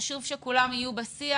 חשוב שכולם יהיו בשיח.